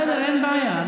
בסדר, אין בעיה.